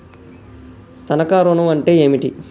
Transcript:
తనఖా ఋణం అంటే ఏంటిది?